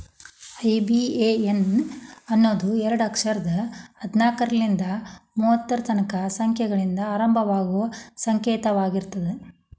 IBAN ಅನ್ನೋದು ಎರಡ ಅಕ್ಷರದ್ ಹದ್ನಾಲ್ಕ್ರಿಂದಾ ಮೂವತ್ತರ ತನಕಾ ಸಂಖ್ಯೆಗಳಿಂದ ಪ್ರಾರಂಭವಾಗುವ ಸಂಕೇತವಾಗಿರ್ತದ